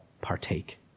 partake